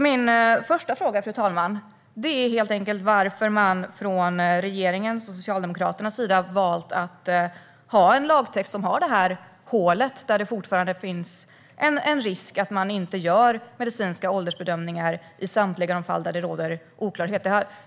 Min första fråga, fru talman, är därför helt enkelt varför man från regeringens och Socialdemokraternas sida har valt att ha en lagtext som har detta hål där det fortfarande finns en risk att man inte gör medicinska åldersbedömningar i samtliga fall där det råder oklarhet.